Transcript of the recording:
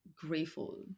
grateful